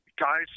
guys